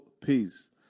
Peace